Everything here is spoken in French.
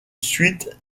suite